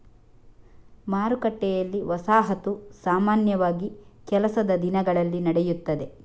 ಮಾರುಕಟ್ಟೆಯಲ್ಲಿ, ವಸಾಹತು ಸಾಮಾನ್ಯವಾಗಿ ಕೆಲಸದ ದಿನಗಳಲ್ಲಿ ನಡೆಯುತ್ತದೆ